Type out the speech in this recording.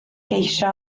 geisio